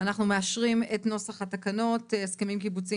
אנחנו מאשרים את נוסח תקנות הסכמים קיבוציים